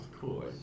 cool